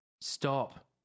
stop